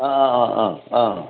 ꯑꯥ ꯑꯥ ꯑꯥ ꯑꯥ ꯑꯥ